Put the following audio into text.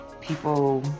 people